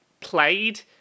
played